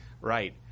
Right